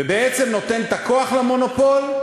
ובעצם נותן את הכוח למונופול,